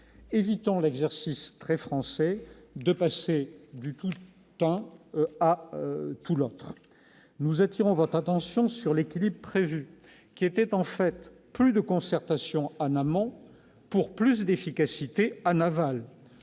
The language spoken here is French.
Évitons l'exercice très français consistant à passer du tout l'un à tout l'autre ! Nous attirons votre attention sur l'équilibre prévu, qui consiste à mener plus de concertation en amont pour plus d'efficacité en aval.